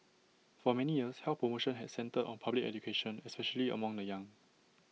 for many years health promotion had centred on public education especially among the young